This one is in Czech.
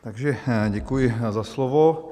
Takže děkuji za slovo.